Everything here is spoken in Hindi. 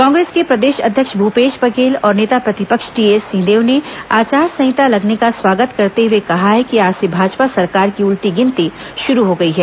कांग्रेस के प्रदेश अध्यक्ष भूपेश बघेल और नेता प्रतिपक्ष टीएस सिंहदेव ने आचार संहिता लगने का स्वागत करते हुए कहा है कि आज से भाजपा सरकार की उल्टी गिनती शुरू हो गई है